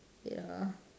ya